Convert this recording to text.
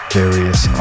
various